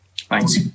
Thanks